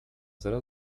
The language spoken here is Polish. zero